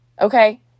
Okay